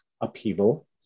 upheaval